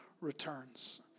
returns